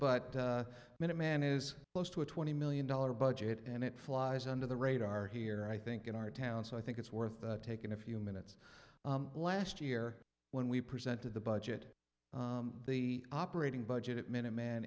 but minuteman is close to a twenty million dollar budget and it flies under the radar here i think in our town so i think it's worth taking a few minutes last year when we presented the budget the operating budget minuteman